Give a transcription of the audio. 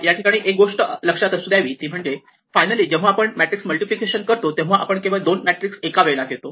या ठिकाणी एक गोष्ट लक्षात असू द्यावी ती म्हणजे फायनली जेव्हा आपण मॅट्रिक्स मल्टिप्लिकेशन करतो तेव्हा आपण केवळ दोन मॅट्रिक्स एका वेळेला घेतो